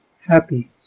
happy